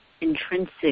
intrinsic